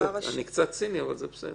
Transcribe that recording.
אני קצת ציני אבל זה בסדר.